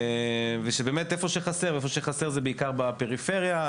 ושבאמת איפה שחסר איפה שחסר זה בעיקר בפריפריה.